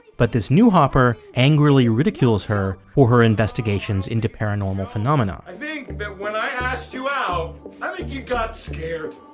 but this new hopper angrily ridicules her for her investigations into paranormal phenomena i think and that that when i asked you out, i think you got scared.